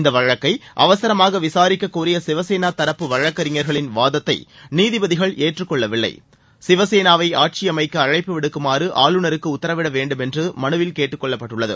இந்த வழக்கை அவசரமாக விசாரிக்கக்கோரிய சிவசேனா தரப்பு வழக்கறிஞர்களின் வாதத்தை நீதிபதிகள் ஏற்றுக்கொள்ளவில்லை சிவசேனாவை ஆட்சியமம்க்க அழைப்பு விடுக்குமாறு ஆளுநருக்கு உத்தரவிட வேண்டும் என்று மனுவில் கேட்டுக் கொள்ளப்பட்டுள்ளது